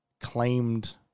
claimed